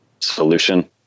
solution